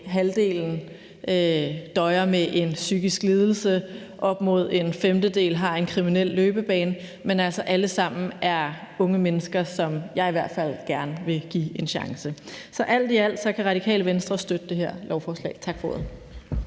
halvdelen døjer med en psykisk lidelse, og hvor op mod en femtedel har en kriminel løbebane. Men alle sammen er altså unge mennesker, som jeg i hvert fald gerne vil give en chance. Så alt i alt kan Radikale Venstre støtte det her lovforslag. Tak for ordet.